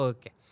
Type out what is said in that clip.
Okay